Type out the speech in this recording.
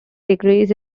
degrees